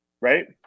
right